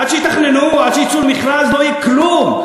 עד שיתכננו, עד שיצאו למכרז, לא יהיה כלום.